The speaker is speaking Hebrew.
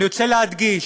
אני רוצה להדגיש: